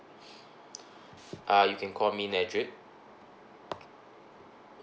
uh you can call me nedrick